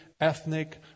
Ethnic